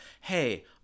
hey